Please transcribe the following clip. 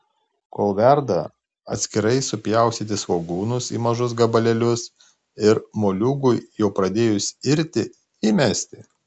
kol verda atskirai supjaustyti svogūnus į mažus gabalėlius ir moliūgui jau pradėjus irti įmesti